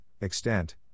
extent